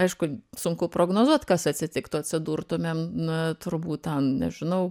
aišku sunku prognozuot kas atsitiktų atsidurtumėm na turbūt ten nežinau